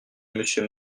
monsieur